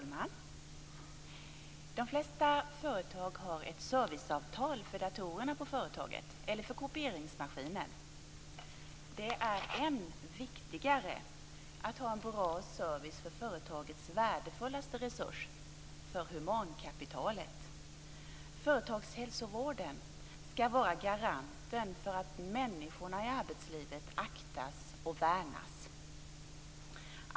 Herr talman! De flesta företag har ett serviceavtal för datorerna eller för kopieringsmaskinen. Det är än viktigare att ha en bra service för företagets värdefullaste resurs, för humankapitalet. Företagshälsovården ska vara garanten för att människorna i arbetslivet aktas och värnas.